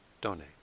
donate